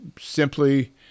simply